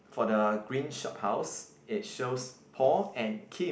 for the green shop house is shows Paul and Kim